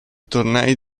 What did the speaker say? tornei